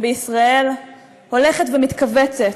בישראל הולכת ומתכווצת,